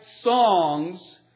songs